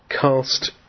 cast